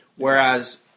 Whereas